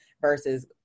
versus